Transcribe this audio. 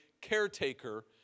caretaker